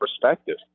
perspective